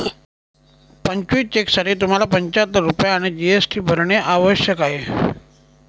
पंचवीस चेकसाठी तुम्हाला पंचाहत्तर रुपये आणि जी.एस.टी भरणे आवश्यक आहे